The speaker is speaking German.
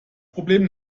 problem